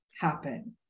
happen